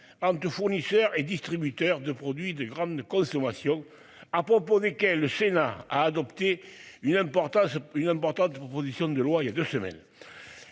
entre fournisseurs et distributeurs de produits de grande consommation à propos desquels le Sénat a adopté une importance une importante, proposition de loi, il y a 2 semaines.